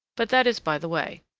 but that is by the way.